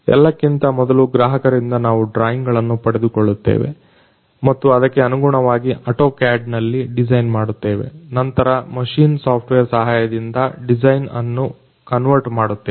ಎಲ್ಲಕ್ಕಿಂತ ಮೊದಲು ಗ್ರಾಹಕರಿಂದ ನಾವು ಡ್ರಾಯಿಂಗ್ ಗಳನ್ನು ಪಡೆದುಕೊಳ್ಳುತ್ತೇವೆ ಮತ್ತು ಅದಕ್ಕೆ ಅನುಗುಣವಾಗಿ AutoCAD ನಲ್ಲಿ ಡಿಸೈನ್ ಮಾಡುತ್ತೇವೆ ನಂತರ ಮಷೀನ್ ಸಾಫ್ಟ್ವೇರ್ ಸಹಾಯದಿಂದ ಡಿಸೈನ್ ಅನ್ನು ಕನ್ವರ್ಟ್ ಮಾಡುತ್ತೇವೆ